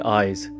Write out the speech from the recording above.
eyes